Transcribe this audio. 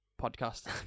podcast